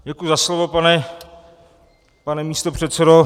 Děkuji za slovo, pane místopředsedo.